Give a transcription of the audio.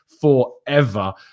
forever